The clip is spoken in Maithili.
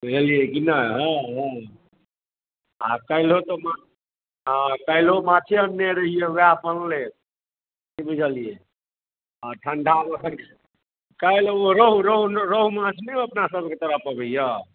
बुझलियै कि ने हँ हँ आ काल्हिओ तऽ मा आ काल्हिओ माछे अनने रहियै ओएह बनलै की बुझलियै आ ठण्डा मौसम कल्हि ओ रोहु रोहु रोहु माछ नहि अपना सभकऽ तरफ अबैए